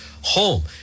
home